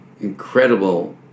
incredible